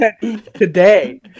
today